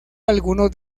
algunos